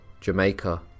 Jamaica